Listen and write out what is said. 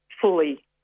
fully